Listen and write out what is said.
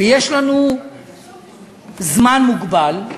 ויש לנו זמן מוגבל,